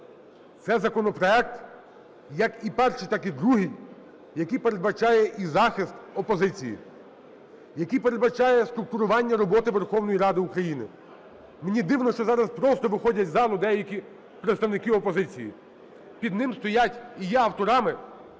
це законопроект, як і перший, так і другий, який передбачає і захист опозиції, який передбачає структурування роботи Верховної Ради України. Мені дивно, що зараз просто виходять із залу деякі представники опозиції. Під ним стоять і є авторами